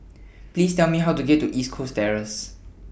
Please Tell Me How to get to East Coast Terrace